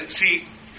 see